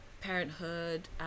parenthood